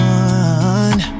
one